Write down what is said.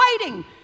waiting